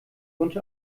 wunsch